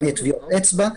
טביעות אצבע,